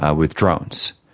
ah with drones.